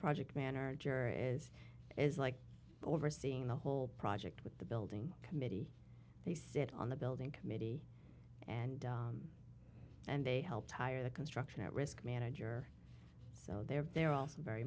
project manager is is like overseeing the whole project with the building committee they sit on the building committee and and they help hire the construction at risk manager so they're they're also very